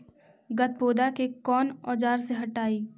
गत्पोदा के कौन औजार से हटायी?